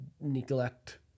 neglect